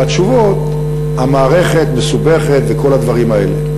והתשובות: המערכת מסובכת, וכל הדברים האלה.